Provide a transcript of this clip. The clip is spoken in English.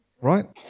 right